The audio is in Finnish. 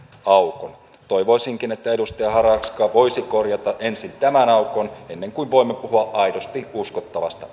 aukon toivoisinkin että edustaja harakka voisi korjata ensin tämän aukon ennen kuin voimme puhua aidosti uskottavasta